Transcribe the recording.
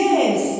Yes